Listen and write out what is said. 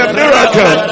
miracle